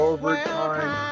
Overtime